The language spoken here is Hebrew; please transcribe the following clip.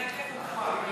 של קבוצת סיעת המחנה הציוני